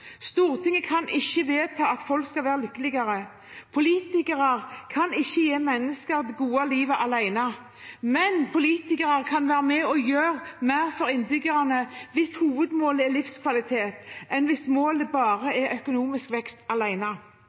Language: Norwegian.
Stortinget kan ikke vedta at folk skal være lykkeligere. Politikere alene kan ikke gi mennesker det gode livet, men politikere kan være med på å gjøre mer for innbyggerne hvis hovedmålet er livskvalitet, enn hvis målet bare er økonomisk vekst